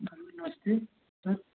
हाँ जी नमस्ते सर